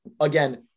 again